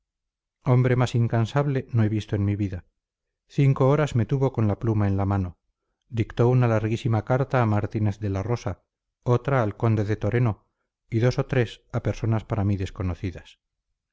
hombre más incansable no he visto en mi vida cinco horas me tuvo con la pluma en la mano dictó una larguísima carta a martínez de la rosa otra al conde de toreno y dos o tres a personas para mí desconocidas